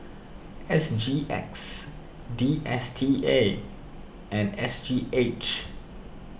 S G X D S T A and S G H